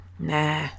Nah